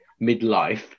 midlife